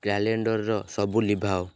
calendar ସବୁ ଲିଭାଅ